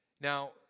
Now